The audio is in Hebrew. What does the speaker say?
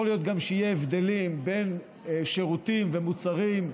יכול להיות גם שיהיו הבדלים בין שירותים ומוצרים: